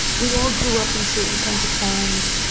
we all grew up in certain kinds of homes,